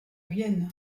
vienne